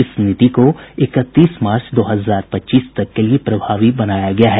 इस नीति को इकतीस मार्च दो हजार पच्चीस तक के लिए प्रभावी बनाया गया है